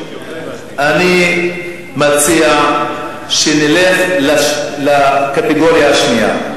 אני מציע שנלך לקטגוריה השנייה,